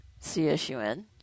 CSUN